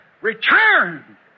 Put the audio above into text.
return